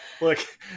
Look